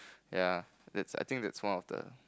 ya that's I think that's one of the